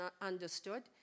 understood